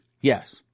Yes